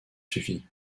suffit